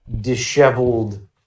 disheveled